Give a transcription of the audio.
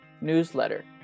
newsletter